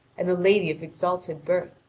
and a lady of exalted birth,